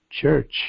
church